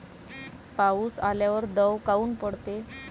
पाऊस आल्यावर दव काऊन पडते?